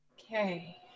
Okay